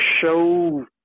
show